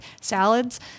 salads